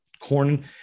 corn